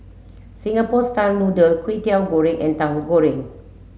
Singapore style noodle Kwetiau Goreng and Tahu Goreng